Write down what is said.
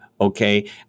Okay